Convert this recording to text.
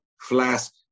flask